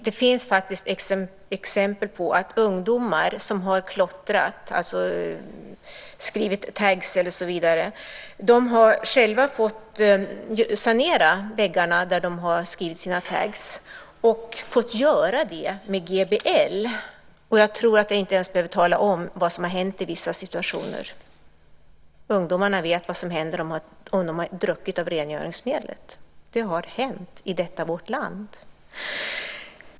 Det finns faktiskt exempel på att ungdomar som har klottrat, skrivit tags och så vidare, själva har fått sanera väggarna där de har skrivit sina tags . De har fått göra det med GBL. Jag tror att jag inte ens behöver tala om vad som har hänt i vissa situationer. Ungdomarna vet vad som händer om de dricker av rengöringsmedlet. Det har hänt i detta vårt land.